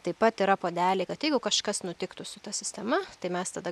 taip pat yra puodeliai kad jeigu kažkas nutiktų su ta sistema tai mes tada